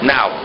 Now